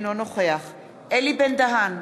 אינו נוכח אלי בן-דהן,